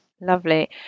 Lovely